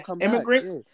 immigrants